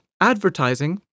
advertising